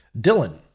Dylan